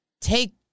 take